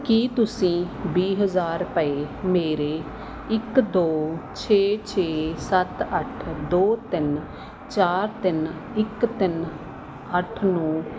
ਕੀ ਤੁਸੀਂ ਵੀਹ ਹਜ਼ਾਰ ਰੁਪਏ ਮੇਰੇ ਇੱਕ ਦੋ ਛੇ ਛੇ ਸੱਤ ਅੱਠ ਦੋ ਤਿੰਨ ਚਾਰ ਤਿੰਨ ਇੱਕ ਤਿੰਨ ਅੱਠ ਨੌਂ